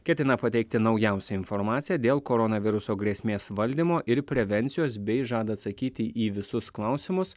ketina pateikti naujausią informaciją dėl koronaviruso grėsmės valdymo ir prevencijos bei žada atsakyti į visus klausimus